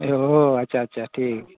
ᱚᱸᱻ ᱟᱪᱷᱟ ᱟᱪᱷᱟ ᱴᱷᱤᱠ ᱜᱮᱭᱟ